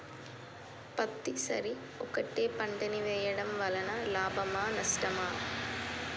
పత్తి సరి ఒకటే పంట ని వేయడం వలన లాభమా నష్టమా?